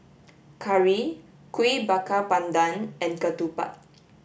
Curry Kuih Bakar Pandan and ketupat